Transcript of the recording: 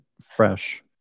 fresh